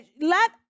let